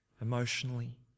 emotionally